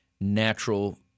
natural